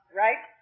right